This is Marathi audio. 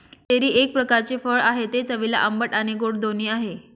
चेरी एक प्रकारचे फळ आहे, ते चवीला आंबट आणि गोड दोन्ही आहे